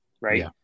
right